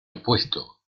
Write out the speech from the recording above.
apuesto